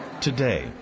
Today